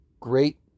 Great